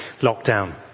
lockdown